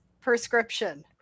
prescription